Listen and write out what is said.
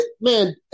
Man